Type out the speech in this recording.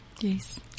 Yes